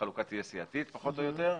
החלוקה תהיה סיעתית פחות או יותר.